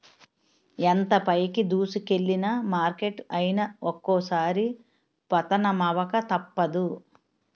ఎంత పైకి దూసుకెల్లిన మార్కెట్ అయినా ఒక్కోసారి పతనమవక తప్పదు